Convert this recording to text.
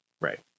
right